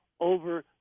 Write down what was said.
over